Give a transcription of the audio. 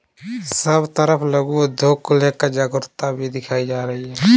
सब तरफ लघु उद्योग को लेकर जागरूकता भी दिखाई जा रही है